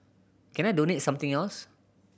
can I donate something else